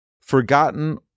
Forgotten